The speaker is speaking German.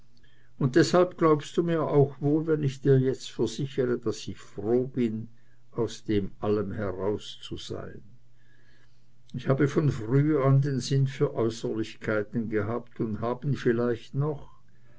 und deshalb glaubst du mir wohl auch wenn ich dir jetzt versichre daß ich froh bin aus dem allen heraus zu sein ich habe von früh an den sinn für äußerlichkeiten gehabt und hab ihn vielleicht noch